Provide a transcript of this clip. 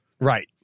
Right